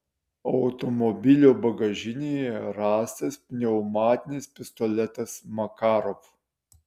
automobilio bagažinėje rastas pneumatinis pistoletas makarov